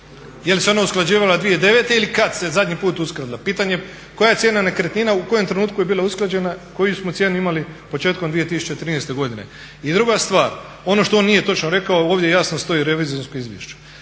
je li se ona usklađivala 2009. ili kad se zadnji put uskladila. Pitanje je koja cijena nekretnina u kojem trenutku je bila usklađena, koju smo cijenu imali početkom 2013. godine. I druga stvar, ono što on nije točno rekao ovdje jasno stoji revizorsko izvješće.